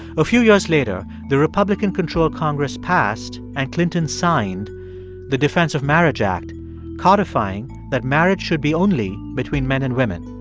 a few years later, the republican-controlled congress passed, and clinton signed the defense of marriage act codifying that marriage should be only between men and women